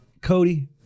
Cody